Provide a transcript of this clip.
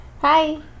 hi